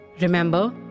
Remember